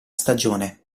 stagione